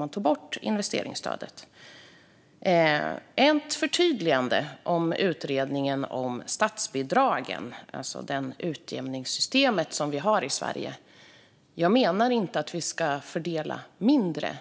Jag vill göra ett förtydligande när det gäller utredningen om statsbidragen, alltså det utjämningssystem vi har i Sverige. Jag menar inte att vi ska fördela mindre.